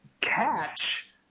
Catch